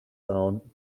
down